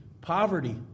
poverty